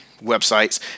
websites